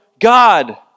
God